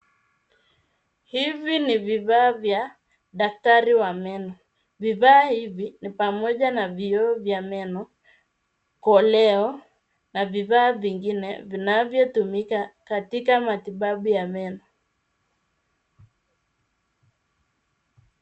Hivi ni vifaa vya daktari wa meno. Vifaa hivi ni pamoja na vioo vya meno, koleo na vifaa vingine vinavyotumika katika matibabu ya meno.